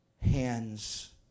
hands